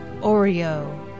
Oreo